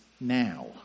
now